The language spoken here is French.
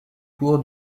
cour